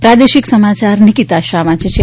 પ્રાદેશિક સમાચાર નિકીતા શાફ વાંચે છે